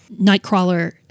Nightcrawler